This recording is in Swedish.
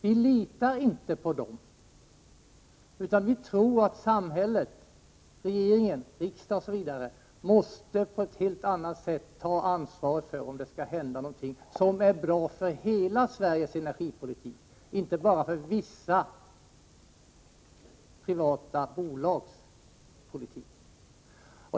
Vi litar inte på det privata näringslivet utan vi tror att samhället, regering och riksdag på ett helt annat sätt måste ta ansvaret om det skall hända något som är bra för hela Sveriges energipolitik, inte bara för vissa privata bolags politik.